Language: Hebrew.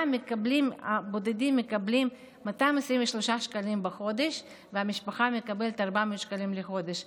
בודדים מקבלים 223 שקלים בחודש ומשפחה מקבלת 400 שקלים בחודש.